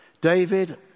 David